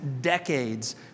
decades